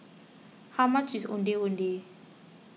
how much is Ondeh Ondeh